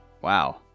Wow